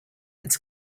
its